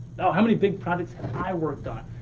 oh, how many big projects i've worked on.